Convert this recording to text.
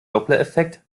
dopplereffekt